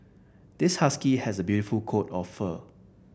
this husky has a beautiful coat of fur